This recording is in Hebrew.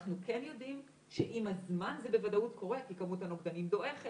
אנחנו כן יודעים שעם הזמן זה בוודאות קורה כי כמות הנוגדנים דועכת